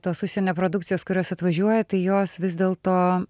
tos užsienio produkcijos kurios atvažiuoja tai jos vis dėl to